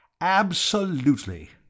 Absolutely